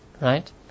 right